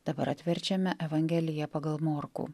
dabar atverčiame evangeliją pagal morkų